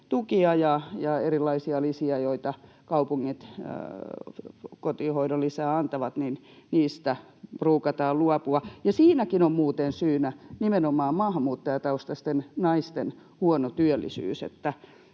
ja erilaisista lisistä, joita kaupungit kotihoitoon antavat, pruukataan luopua. Siinäkin on muuten syynä nimenomaan maahanmuuttajataustaisten naisten huono työllisyys.